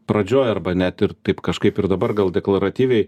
pradžioj arba net ir taip kažkaip ir dabar gal deklaratyviai